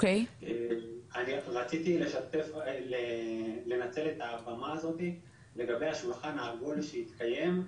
אני רציתי לנצל את הבמה הזו לגבי השולחן העגול שהתקיים,